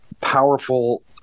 powerful